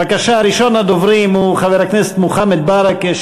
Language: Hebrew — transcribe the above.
בבקשה, ראשון הדוברים הוא חבר הכנסת מוחמד ברכה.